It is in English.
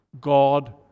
God